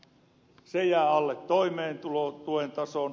se jää alle toimeentulotuen tason